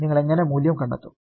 നിങ്ങൾ എങ്ങനെ മൂല്യം കണ്ടെത്തും